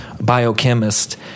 biochemist